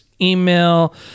email